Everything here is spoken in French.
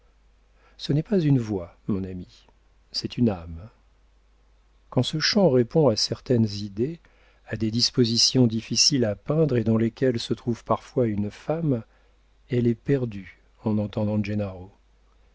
ce n'est pas une voix mon ami c'est une âme quand ce chant répond à certaines idées à des dispositions difficiles à peindre et dans lesquelles se trouve parfois une femme elle est perdue en entendant